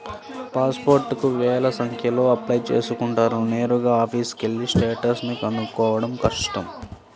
pass పోర్టుకి వేల సంఖ్యలో అప్లై చేసుకుంటారు నేరుగా ఆఫీసుకెళ్ళి స్టేటస్ ని కనుక్కోడం కష్టం